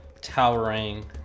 towering